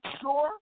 sure